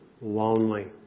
lonely